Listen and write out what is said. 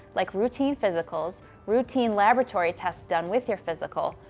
like routine physicals, routine laboratory tests done with your physical,